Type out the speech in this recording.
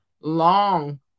long